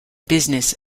business